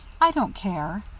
i don't care.